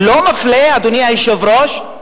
לא מפלה, אדוני היושב-ראש?